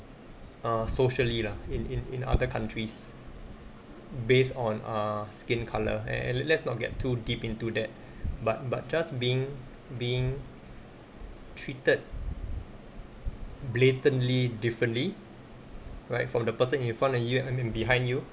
uh socially lah in in in other countries based on err skin colour and let's not get too deep into that but but just being being treated blatantly differently right from the person in front of you and and behind you